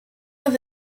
with